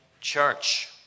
church